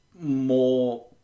more